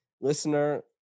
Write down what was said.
listener